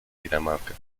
dinamarca